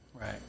right